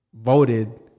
Voted